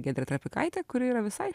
giedrė trapikaitė kuri yra visai